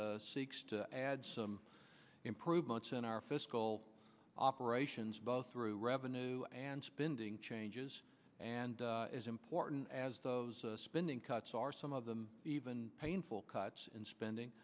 seeks to add some improvements in our fiscal operations both through revenue and spending changes and as important as those spending cuts are some of them even painful cuts in spending